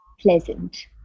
pleasant